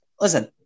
listen